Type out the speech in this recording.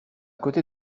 côté